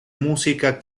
música